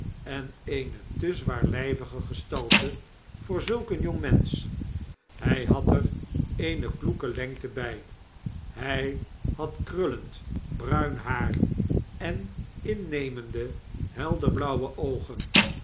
en eene te zwaarlyvige gestalte voor zulk een jongmensch hy had er eene kloeke lengte by hy had krullend bruin haar en innemende helderblauwe oogen